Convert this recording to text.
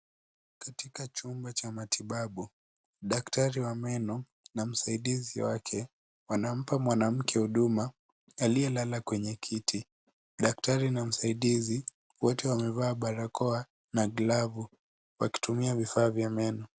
Katika chumba cha matibabu, daktari wa meno na msaidizi wake wanampa mwanamke huduma aliyelala kwenye kiti. Daktari na msaidizi, wote wamevaa barakoa na glavu, wakitumia vifaa vya meno.